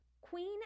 Queen